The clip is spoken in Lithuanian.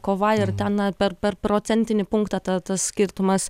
kova ir ten na per per procentinį punktą ta tas skirtumas